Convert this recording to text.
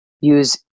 use